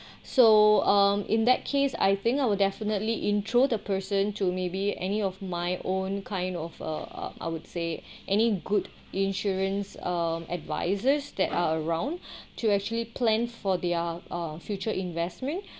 so um in that case I think I will definitely intro the person to maybe any of my own kind of uh I would say any good insurance um advisors that are around to actually plan for their uh future investment